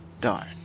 Darn